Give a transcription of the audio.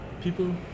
people